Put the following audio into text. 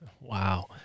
Wow